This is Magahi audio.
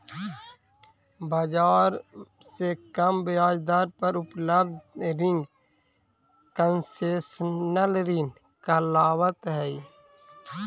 बाजार से कम ब्याज दर पर उपलब्ध रिंग कंसेशनल ऋण कहलावऽ हइ